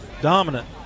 dominant